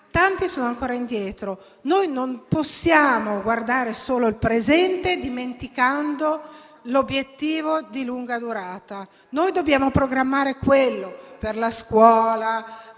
però, sono ancora indietro. Non possiamo guardare solo il presente, dimenticando l'obiettivo di lunga durata; dobbiamo programmare quello, per la scuola,